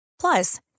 Plus